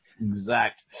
exact